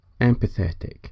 empathetic